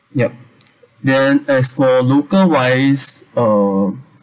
yup then as for local wise uh